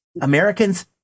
Americans